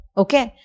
okay